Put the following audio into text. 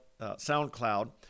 SoundCloud